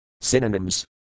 Synonyms